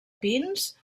pins